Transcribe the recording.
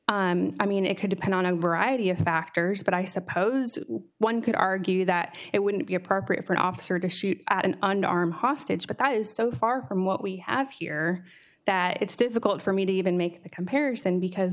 i mean it could depend on a variety of factors but i suppose one could argue that it wouldn't be appropriate for an officer to shoot out an unarmed hostage but that is so far from what we have here that it's difficult for me to even make the comparison because